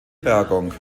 bergung